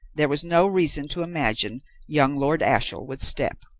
there was no reason to imagine young lord ashiel would step.